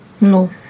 No